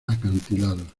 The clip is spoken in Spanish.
acantilados